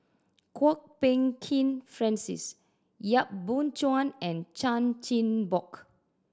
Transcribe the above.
Kwok Peng Kin Francis Yap Boon Chuan and Chan Chin Bock